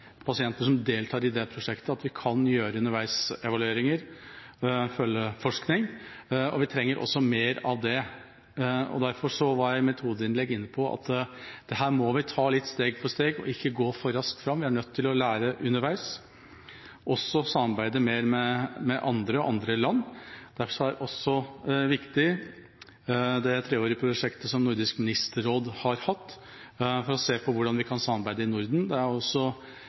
deltar i det prosjektet at vi kan gjøre underveisevalueringer og følgeforskning, og vi trenger også mer av det. Derfor var jeg i mitt hovedinnlegg inne på at dette må vi ta steg for steg, og ikke gå for raskt fram. Vi er nødt til å lære underveis, også å samarbeide mer med andre – og andre land. Derfor er det også viktig det treårige prosjektet som Nordisk ministerråd har hatt for å se på hvordan vi kan samarbeide i Norden. Det er også